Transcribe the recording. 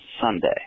Sunday